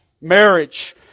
Marriage